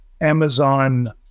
Amazon